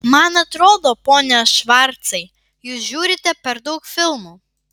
man atrodo pone švarcai jūs žiūrite per daug filmų